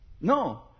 No